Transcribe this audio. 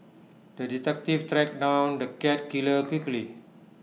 the detective tracked down the cat killer quickly